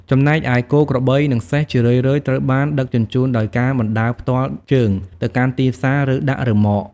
ចំណែកឯគោក្របី និងសេះ ជារឿយៗត្រូវបានដឹកជញ្ជូនដោយការបណ្តើរផ្ទាល់ជើងទៅកាន់ទីផ្សារ ឬដាក់រឺម៉ក ។